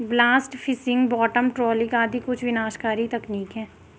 blast fishing, bottom trawling आदि कुछ विनाशकारी तकनीक है